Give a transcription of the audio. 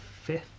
fifth